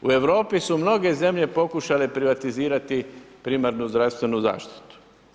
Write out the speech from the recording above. U Europi su mnoge zemlje pokušale privatizirati primarnu zdravstvenu zaštitu.